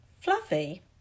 Fluffy